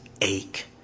ache